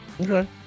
Okay